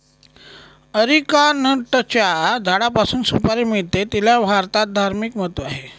अरिकानटच्या झाडापासून सुपारी मिळते, तिला भारतात धार्मिक महत्त्व आहे